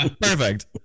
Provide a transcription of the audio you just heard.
Perfect